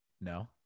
No